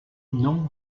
non